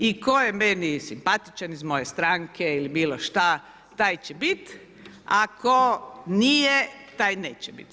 I tko je meni simpatičan, iz moje stranke ili bilo šta, taj će bit, a tko nije, taj neće bit.